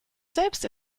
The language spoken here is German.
selbst